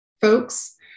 folks